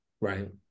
Right